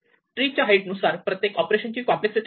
tree च्या height नुसार प्रत्येक ऑपरेशनची कॉम्प्लेक्ससिटी ठरते